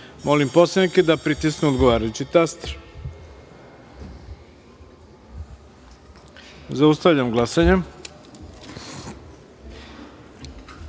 poslanike da pritisnu odgovarajući taster. Zaustavljam glasanje: